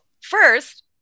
first